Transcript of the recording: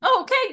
Okay